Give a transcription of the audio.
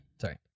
Sorry